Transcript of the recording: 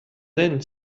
den